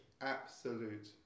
absolute